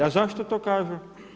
A zašto to kažu?